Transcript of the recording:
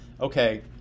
Okay